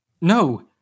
No